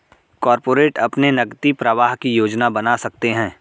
corporate अपने नकदी प्रवाह की योजना बना सकते हैं